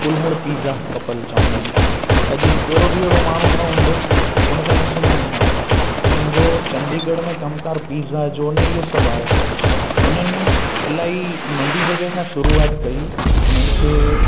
कुल्हड़ pizza couple चवंदा आहिनि अॼु कहिड़ो बि अहिड़ो माण्हू न हूंदो उन खे न सुञाणींदा हूंदा इन्हनि जो चंडीगढ़ में कमुकारु पिज़ा जो न इहो सभु आहे इन्हनि इलाही नंढी जॻहि खां शुरूआति कई उन्हनि खे